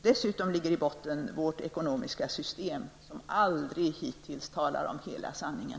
I botten ligger dessutom vårt ekonomiska system, som aldrig hittills talat om hela sanningen.